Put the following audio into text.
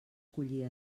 collir